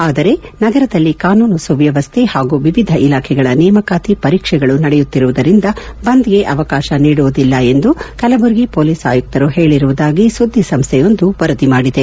ಆದರೆ ನಗರದಲ್ಲಿ ಕಾನೂನು ಸುವ್ಯವಸ್ಥೆ ಹಾಗೂ ವಿವಿಧ ಇಲಾಖೆಗಳ ನೇಮಕಾತಿ ಪರೀಕ್ಷೆಗಳು ನಡೆಯುತ್ತಿರುವುದರಿಂದ ಬಂದ್ ಗೆ ಅವಕಾಶ ನೀಡುವುದಿಲ್ಲ ಎಂದು ಕಲಬುರಗಿ ಪೊಲೀಸ್ ಆಯುಕ್ತರು ಹೇಳಿರುವುದಾಗಿ ಸುದ್ದಿಸಂಸ್ಥೆಯೊಂದು ವರದಿ ಮಾಡಿದೆ